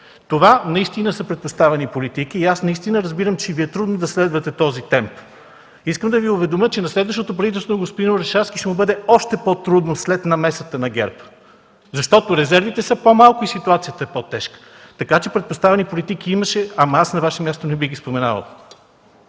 Това наистина са „предпоставени политики” и аз наистина разбирам, че Ви е трудно да следвате този темп. Искам да Ви уведомя, че на следващото правителство – на господин Орешарски, ще му бъде още по-трудно след намесата на ГЕРБ, защото резервите са по-малко и ситуацията е по-тежка. Така че „предпоставени политики” имаше, но аз на Ваше място не бих ги споменавал.